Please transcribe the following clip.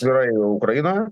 atvirai jau ukrainoje